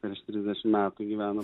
prieš trisdešimt metų gyveno